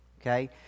okay